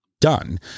done